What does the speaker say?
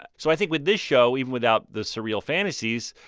but so i think with this show, even without the surreal fantasies,